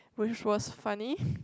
which was funny